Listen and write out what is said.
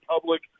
public